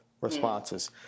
responses